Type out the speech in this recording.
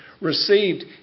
received